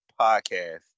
Podcast